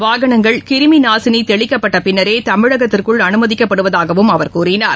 வாகனங்கள் கிருமி நாசினி தெளிக்கப்பட்ட பின்னரே தமிழகத்திற்கு அனுமதிக்கப்படுவதாகவும் அவர் கூறினார்